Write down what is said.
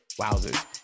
Wowzers